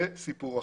זה סיפור אחר.